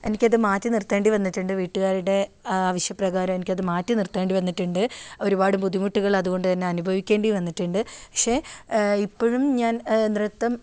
എനിക്കത് മാറ്റി നിർത്തേണ്ടി വന്നിട്ടുണ്ട് വീട്ടുകാരുടെ ആവശ്യപ്രകാരം എനിക്ക് അത് മാറ്റി നിർത്തേണ്ടി വന്നിട്ടുണ്ട് ഒരുപാട് ബുദ്ധിമുട്ടുകൾ അതുകൊണ്ട് തന്നെ അനുഭവിക്കേണ്ടി വന്നിട്ടുണ്ട് പക്ഷേ ഇപ്പോഴും ഞാൻ നൃത്തം